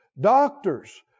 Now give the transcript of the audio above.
doctors